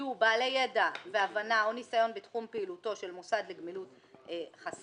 יהיו בעלי ידע והבנה או ניסיון בתחום פעילותו של מוסד לגמילות חסדים,